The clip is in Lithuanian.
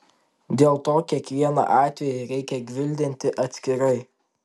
dėl to kiekvieną atvejį reikia gvildenti atskirai